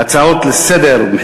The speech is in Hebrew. ההצעות לסדר-היום,